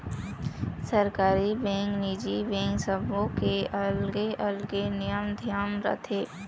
सरकारी बेंक, निजी बेंक सबो के अलगे अलगे नियम धियम रथे